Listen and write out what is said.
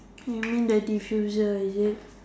you mean the diffuser is it